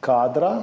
kadra,